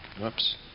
Whoops